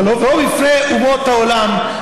אבל לבוא בפני אומות העולם,